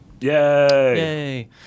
Yay